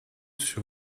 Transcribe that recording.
sur